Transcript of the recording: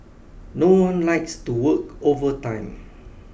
no one likes to work overtime